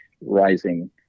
rising